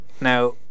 now